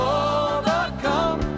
overcome